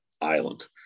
Island